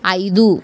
ఐదు